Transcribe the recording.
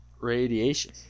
radiation